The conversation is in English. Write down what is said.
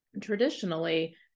Traditionally